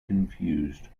confused